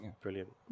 brilliant